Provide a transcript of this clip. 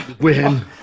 win